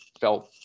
felt